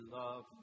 love